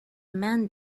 man